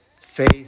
faith